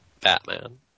Batman